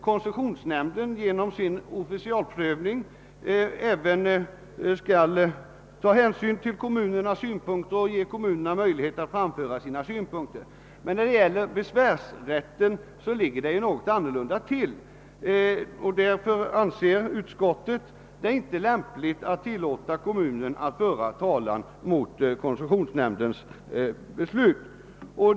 Koncessionsnämnden skall genom sin officialprövning även beakta kommunernas synpunkter och ge kommunerna möjlighet att framföra sina krav. När det gäller besvärsrätten ligger det emellertid något annorlunda till. Utskottet anser därför, att det inte är lämpligt att tillåta en kommun att föra talan mot koncessionsnämndens beslut.